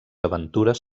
aventures